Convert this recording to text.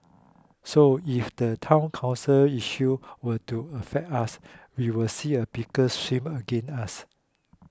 so if the Town Council issue were to affect us we will see a bigger swing against us